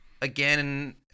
again